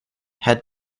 had